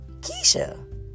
Keisha